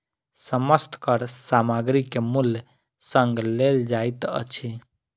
समस्त कर सामग्री के मूल्य संग लेल जाइत अछि